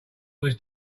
was